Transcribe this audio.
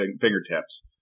fingertips